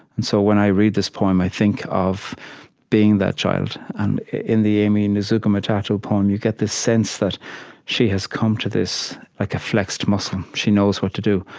and so, when i read this poem, i think of being that child and in the aimee nezhukumatathil poem, you get this sense that she has come to this like a flexed muscle. she knows what to do,